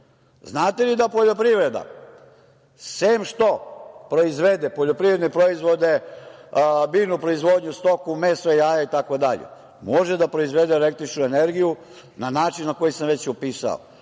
4%.Znate li da poljoprivreda sem što proizvede poljoprivredne proizvode, biljnu proizvodnju, stoku, jaje itd. može da proizvede električnu energiju na način na koji sam već upisao?